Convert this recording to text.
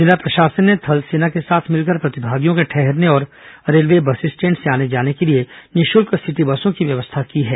जिला प्रशासन ने थल सेना के साथ मिलकर प्रतिभागियों के ठहरने और रेलवे बस स्टैंड से आने जाने के लिए निःशल्क सिटी बसों की व्यवस्था की है